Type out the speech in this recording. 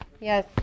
Yes